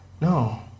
No